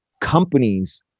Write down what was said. companies